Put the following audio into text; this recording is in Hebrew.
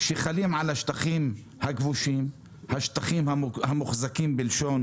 שחלים על השטחים הכבושים, "השטחים המוחזקים" בלשון